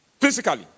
physically